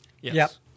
Yes